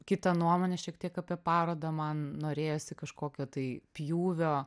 kitą nuomonę šiek tiek apie parodą man norėjosi kažkokio tai pjūvio